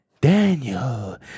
Daniel